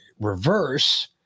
reverse